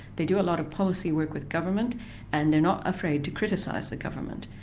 they do a lot of policy work with government and they are not afraid to criticise the government.